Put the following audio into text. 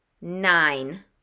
nine